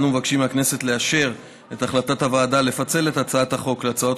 אנו מבקשים מהכנסת לאשר את החלטת הוועדה לפצל את הצעת החוק להצעות